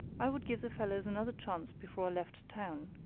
i would give the fellows another chance before i left town.